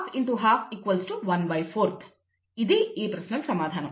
ఇది ఈ ప్రశ్నకు సమాధానం